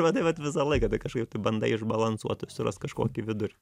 va taip va visą laiką tai kažkaip tai bandai išbalansuot surast kažkokį vidurį